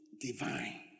divine